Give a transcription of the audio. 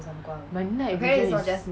my night vision is